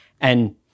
And-